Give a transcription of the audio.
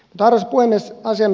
arvoisa puhemies